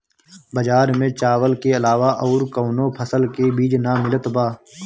बजार में चावल के अलावा अउर कौनो फसल के बीज ना मिलत बा